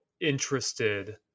interested